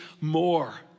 more